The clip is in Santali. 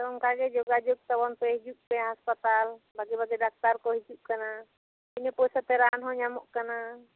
ᱟᱫᱚ ᱚᱱᱠᱟ ᱜᱮ ᱡᱳᱜᱟᱡᱳᱜ ᱛᱟᱵᱚᱱ ᱯᱮ ᱦᱤᱡᱩᱜ ᱯᱮ ᱦᱟᱥᱯᱟᱛᱟᱞ ᱵᱷᱟᱹᱜᱤ ᱵᱷᱟᱹᱜᱤ ᱰᱟᱠᱛᱟᱨ ᱠᱚ ᱦᱤᱡᱩᱜ ᱠᱟᱱᱟ ᱵᱤᱱᱟᱹ ᱯᱚᱭᱥᱟᱛᱮ ᱨᱟᱱ ᱦᱚᱸ ᱧᱟᱢᱚᱜ ᱠᱟᱱᱟ